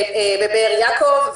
בבאר יעקב,